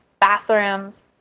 bathrooms